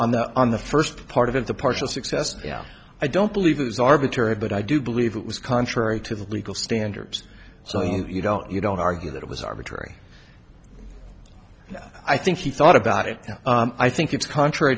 on the on the first part of the partial success yeah i don't believe it was arbitrary but i do believe it was contrary to the legal standards so you don't you don't argue that it was arbitrary i think he thought about it and i think it's contrary